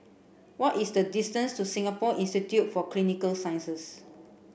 what is the distance to Singapore Institute for Clinical Sciences